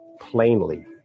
plainly